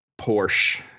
Porsche